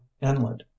inlet